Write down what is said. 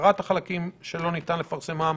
השחרת החלקים שלא ניתן לפרסמם.